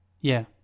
Yeah